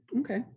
Okay